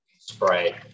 spray